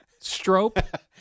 Strope